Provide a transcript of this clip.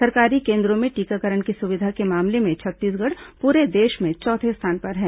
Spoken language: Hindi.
सरकारी केन्द्रों में टीकाकरण की सुविधा के मामले में छत्तीसगढ़ पूरे देश में चौथे स्थान पर है